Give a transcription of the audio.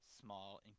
small